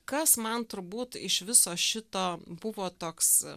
kas man turbūt iš viso šito buvo toks